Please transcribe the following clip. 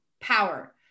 power